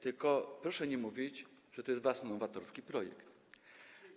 Tylko proszę nie mówić, że to jest wasz nowatorski projekt.